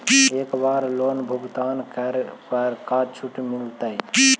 एक बार लोन भुगतान करे पर का छुट मिल तइ?